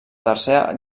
tercera